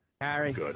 Harry